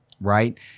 right